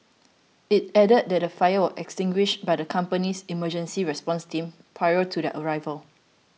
it added that the fire was extinguished by the company's emergency response team prior to their arrival